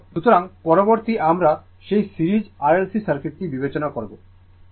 সুতরাং পরবর্তীতে আমরা সেই সিরিজ RLC সার্কিটটি বিবেচনা করব